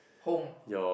home